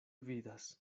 vidas